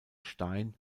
stein